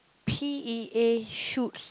P_E_A shoots